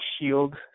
shield